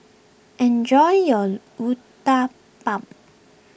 enjoy your Uthapam